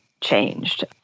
changed